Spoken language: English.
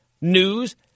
news